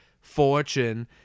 fortune